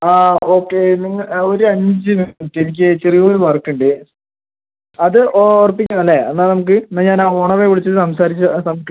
ആ ആ ഓക്കെ ഒരു അഞ്ചു മിനിട്ട് എനിക്ക് ചെറിയോരു വർക്കുണ്ട് അത് ഉറപ്പിക്കാം അല്ലേ എന്നാ നമുക്ക് എന്ന ഞാനാ ഓണറെ വിളിച്ചു സംസാരിച്ചു